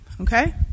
Okay